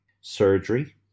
surgery